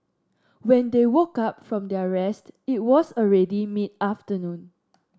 when they woke up from their rest it was already mid afternoon